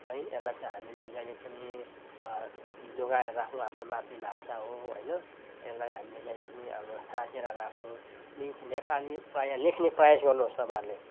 है यसलाई चाहिँ हामीले जहिले पनि जोगाएर राख्नु आफ्नो मातृभाषा हो होइन यसलाई हामीले जहिले पनि अब साँचेर राखौँ प्लिज नेपाली प्रायः लेख्ने प्रयास गर्नुहोस् तपाईँहरूले